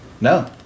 No